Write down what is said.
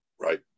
right